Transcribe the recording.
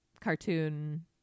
cartoon